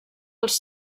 els